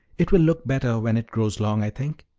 it will look better when it grows long, i think.